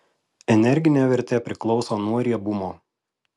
energinė vertė priklauso nuo riebumo